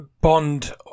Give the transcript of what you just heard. Bond